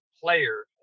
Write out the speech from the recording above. player